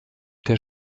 der